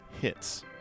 hits